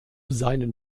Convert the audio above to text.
seinen